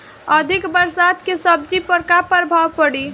अधिक बरसात के सब्जी पर का प्रभाव पड़ी?